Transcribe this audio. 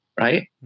Right